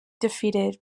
defeated